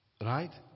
Right